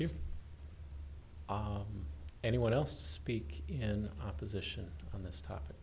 for anyone else to speak in opposition on this topic